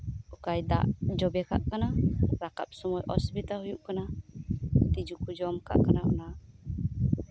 ᱚᱠᱟᱭ ᱫᱟᱜ ᱡᱚᱵᱮ ᱠᱟᱜ ᱠᱟᱱᱟ ᱨᱟᱠᱟᱵ ᱥᱚᱢᱚᱭ ᱚᱥᱩᱵᱤᱫᱷᱟ ᱦᱩᱭᱩᱜ ᱠᱟᱱᱟ ᱛᱤᱡᱩ ᱠᱚ ᱡᱚᱢ ᱠᱟᱜ ᱠᱟᱱᱟ ᱱᱚᱣᱟᱭ